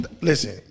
Listen